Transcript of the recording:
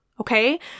Okay